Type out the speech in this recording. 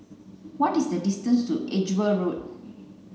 what is the distance to Edgeware Road